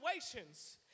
situations